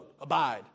abide